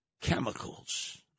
chemicals